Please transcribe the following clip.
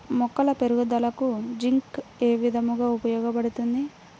మొక్కల పెరుగుదలకు జింక్ ఏ విధముగా ఉపయోగపడుతుంది?